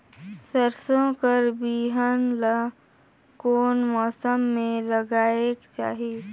सरसो कर बिहान ला कोन मौसम मे लगायेक चाही?